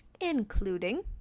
including